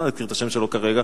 לא אזכיר את השם שלו כרגע,